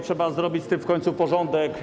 Trzeba zrobić z tym w końcu porządek.